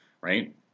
right